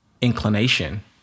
inclination